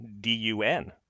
D-U-N